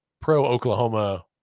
pro-Oklahoma